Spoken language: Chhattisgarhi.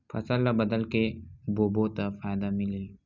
फसल ल बदल के बोबो त फ़ायदा मिलही?